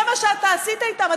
זה מה שאתה עשית איתם.